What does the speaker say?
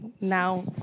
now